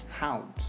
out